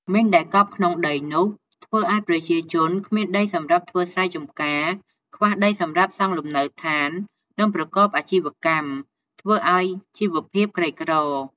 មីនដែលកប់ក្នុងដីនោះ ធ្វើឲ្យប្រជាជន គ្មានដីសម្រាប់ធ្វើស្រែចំការ ខ្វះដីសម្រាប់សង់លំនៅឋាន និង ប្រកបអាជីវកម្ម ធ្វើឱ្យជីវភាពក្រីក្រ។